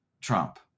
Trump